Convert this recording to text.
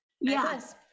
Yes